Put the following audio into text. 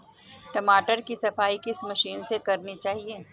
टमाटर की सफाई किस मशीन से करनी चाहिए?